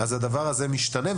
אז הדבר הזה משתנה.